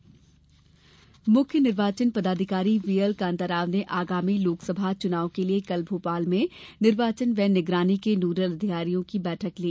च्नाव निगरानी बैठक मुख्य निर्वाचन पदाधिकारी व्हीएल कान्ता राव ने आगामी लोकसभा चुनाव के लिये कल भोपाल में निर्वाचन व्यय निगरानी के नोडल अधिकारियों की बैठक ली